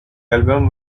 album